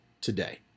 today